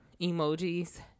emojis